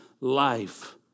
life